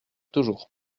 toujours